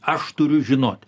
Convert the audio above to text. aš turiu žinoti